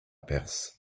perth